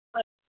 अच्छा